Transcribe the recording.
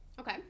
Okay